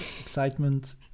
Excitement